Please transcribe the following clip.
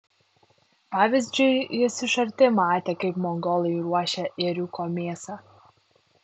pavyzdžiui jis iš arti matė kaip mongolai ruošia ėriuko mėsą